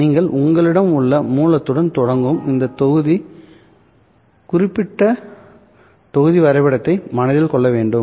நீங்கள் உங்களிடம் உள்ள மூலத்துடன் தொடங்கும் இந்த குறிப்பிட்ட தொகுதி வரைபடத்தை மனதில் கொள்ள வேண்டும்